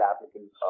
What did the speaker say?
applicants